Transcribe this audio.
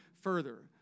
further